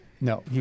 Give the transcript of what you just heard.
No